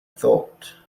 thought